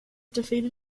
defeated